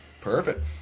Perfect